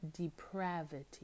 depravity